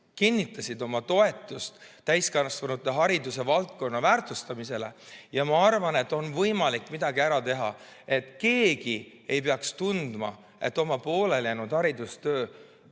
kinnitasid oma toetust täiskasvanute hariduse valdkonna väärtustamisele. Ma arvan, et on võimalik midagi ära teha, et keegi ei peaks tundma, nagu oma poolelijäänud haridustee